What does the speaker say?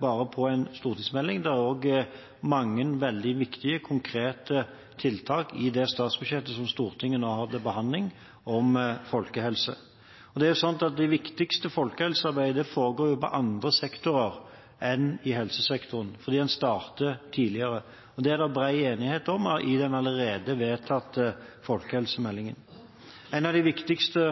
bare på en stortingsmelding. Det er også mange veldig viktige konkrete tiltak i det statsbudsjettet som Stortinget nå har til behandling, om folkehelse. Det viktigste folkehelsearbeidet foregår på andre sektorer enn i helsesektoren, fordi en starter tidligere. Det var det bred enighet om i forbindelse med den allerede vedtatte folkehelsemeldingen. En av de viktigste